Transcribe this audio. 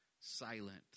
silent